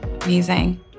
Amazing